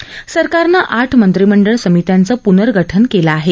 स सरकारनं आठ समंत्रीमंडळ समित्यांचं पुर्नगठन केलं आहे